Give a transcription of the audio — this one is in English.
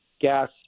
gas